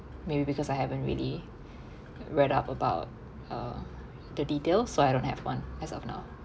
maybe because I haven't really read up about uh the details so I don't have one as of now